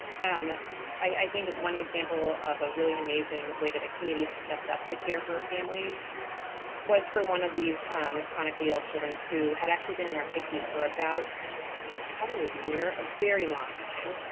um i think one example of a really amazing way that a community has stepped up to care for a family was for one of these chronically ill children who had actually been in our picu for about probably a year a very long time.